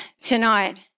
tonight